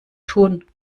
tun